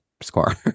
score